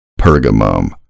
Pergamum